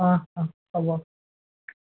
অঁ অঁ হ'ব